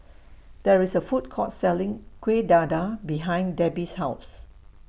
There IS A Food Court Selling Kueh Dadar behind Debbi's House